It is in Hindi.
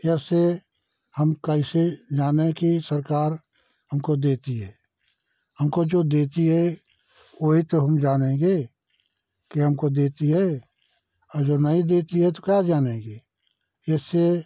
जैसे हम कैसे जाने कि सरकार हमको देती है हमको जो देती है वही तो हम जानेंगे कि हमको देती है और जो नहीं देती है तो क्या जानेंगे इससे